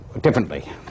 differently